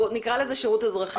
נקרא לזה שירות אזרחי.